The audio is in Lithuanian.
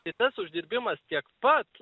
tai tas uždirbimas tiek pat